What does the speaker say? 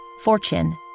fortune